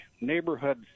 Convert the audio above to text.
neighborhood